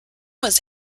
was